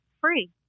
free